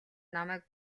намайг